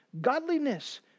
Godliness